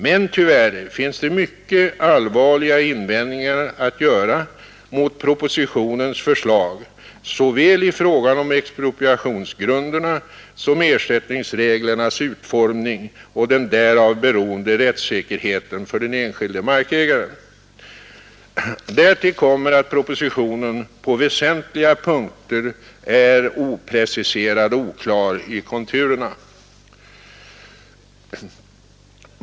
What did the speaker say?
Men tyvärr finns det mycket allvarliga invändningar att göra mot propositionens förslag i fråga om såväl expropriationsgrunderna som ersättningsreglernas utformning och den därav beroende rättssäkerheten för den enskilde sakägaren. Därtill kommer, att propositionen på väsentliga punkter är opreciserad och oklar i konturerna.